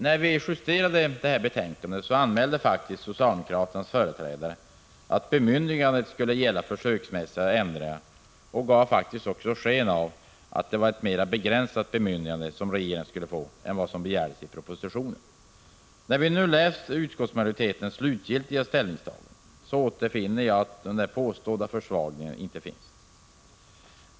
När vi justerade detta betänkande anmälde faktiskt socialdemokraternas företrädare att bemyndigandet skulle gälla försöksmässiga ändringar och gav också sken av att det var ett mera begränsat bemyndigande som regeringen skulle få än vad som begärdes i propositionen. När jag nu läst utskottsmajoritetens slutgiltiga ställningstagande finner jag att de påstådda försvagningarna av bemyndigandet inte finns med i betänkandet.